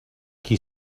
qui